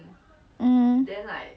what they want you to do